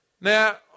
now